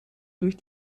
durch